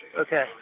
Okay